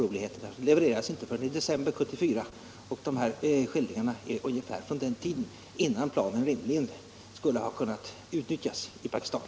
Planen levererades inte förrän i december 1974 och skildringarna härrör från ungefär den tiden, dvs. innan dessa plan rimligen skulle ha kunnat utnyttjas i Pakistan.